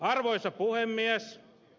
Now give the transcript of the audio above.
arvoisa puhemies